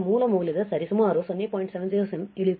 707 ಇಳಿಯುತ್ತದೆ